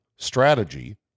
Strategy